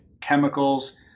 chemicals